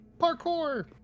parkour